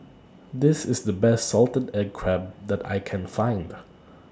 This IS The Best Salted Egg Crab that I Can Find